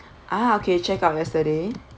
ah okay check out yesterday